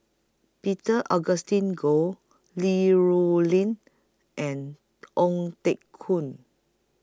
Peter Augustine Goh Li Rulin and Ong Teng Koon